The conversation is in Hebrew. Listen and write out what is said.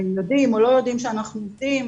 ואם יודעים או לא יודעים שאנחנו עובדים,